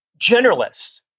generalists